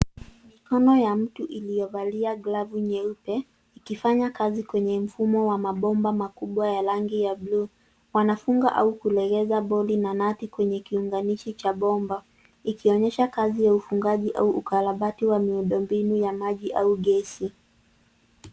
Mikono ya mtu iliyovalia glavu nyeupe, ikifanya kazi kwenye mfumo wa mabomba makubwa ya rangi ya blue . Wanafunga au kulegeza boli na nati kwenye kiunganisha cha bomba. Ikionyesha kazi ya ufungaji au ukarabati wa miundo mbinu ya maji au gesi.